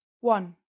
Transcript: One